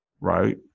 right